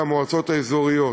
מהמועצות האזוריות,